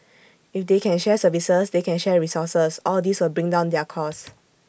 if they can share services they can share resources all these will bring down their cost